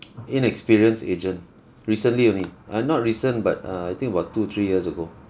inexperienced agent recently only uh not recent but err I think about two three years ago